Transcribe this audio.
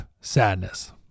sadness